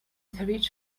threat